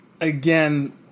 Again